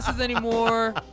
anymore